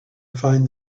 find